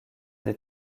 des